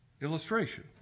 illustration